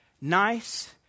nice